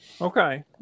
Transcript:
Okay